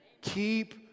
keep